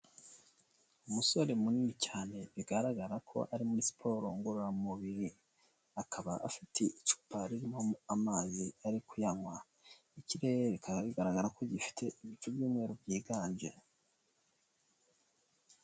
Umusore munini cyane bigaragara ko ari muri siporo ngororamubiri akaba afite icupa ririmo amazi ari kuyanywa, ikirere rikaba bigaragara ko gifite ibicu ibyumweru byiganje.